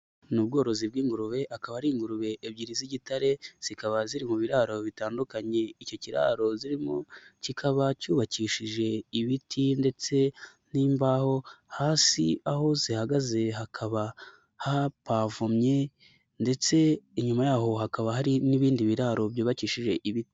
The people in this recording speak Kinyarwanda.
Ni ubworozi bw'ingurube, akaba ari ingurube ebyiri z'igitare, zikaba ziri mu biraro bitandukanye, iki kiraro zirimo kikaba cyubakishije ibiti ndetse n'imbaho, hasi aho zihagaze hakaba hapavomye ndetse inyuma yaho hakaba hari n'ibindi biraro byubakishije ibiti.